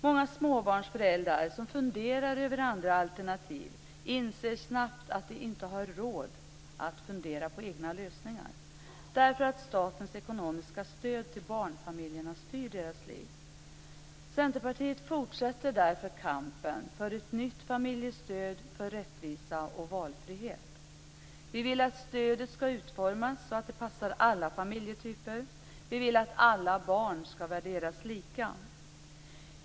Många småbarnsföräldrar som funderar över andra alternativ inser snabbt att de inte har råd att fundera över egna lösningar. Statens ekonomiska stöd till barnfamiljerna styr deras liv. Centerpartiet fortsätter därför kampen för ett nytt familjestöd, för rättvisa och för valfrihet. Vi vill att stödet skall utformas så att det passar alla familjetyper. Vi vill att alla barn skall värderas lika.